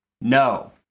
no